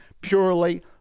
purely